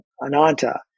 Ananta